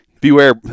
Beware